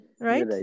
Right